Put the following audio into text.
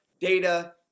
data